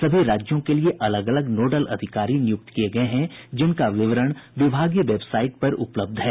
सभी राज्यों के लिये अलग अलग नोडल अधिकारी नियुक्त किये गये हैं जिनका विवरण विभागीय वेबसाइट पर उपलब्ध है